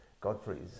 Godfrey's